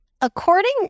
According